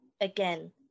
again